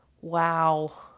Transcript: Wow